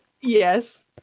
Yes